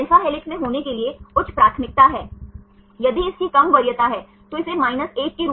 यह phi कैसे प्राप्त करे और कैसे इस psi प्राप्त करे